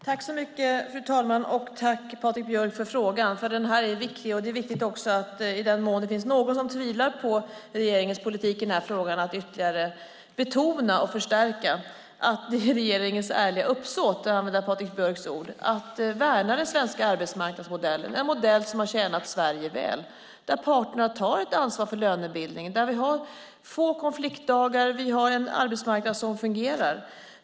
Fru talman! Jag tackar Patrik Björck för interpellationen. Det är en viktig fråga. Det är också viktigt att, i den mån det finns någon som tvivlar på regeringens politik i den här frågan, ytterligare betona och understryka att det är regeringens ärliga uppsåt, för att använda Patrik Björcks ord, att värna den svenska arbetsmarknadsmodellen. Det är en modell som tjänat Sverige väl. Parterna tar ansvar för lönebildningen, vi har få konfliktdagar och en arbetsmarknad som fungerar.